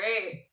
Great